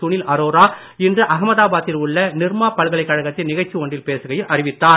சுனில் அரோரா இன்று அகமதாபாத்தில் உள்ள நிர்மா பல்கலைக்கழகத்தின் நிகழ்ச்சி ஒன்றில் பேசுகையில் அறிவித்தார்